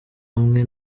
hamwe